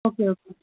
okay okay